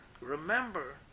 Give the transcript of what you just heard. Remember